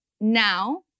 now